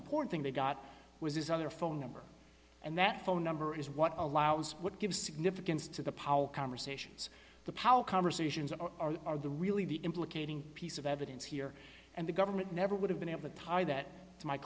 important thing they got was his other phone number and that phone number is what allows what gives significance to the power conversations the power conversations are are the really the implicating piece of evidence here and the government never would have been able to tie that